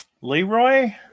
Leroy